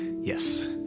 Yes